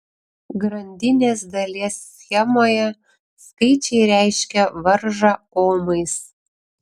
grandinės dalies schemoje skaičiai reiškia varžą omais